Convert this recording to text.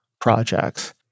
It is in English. projects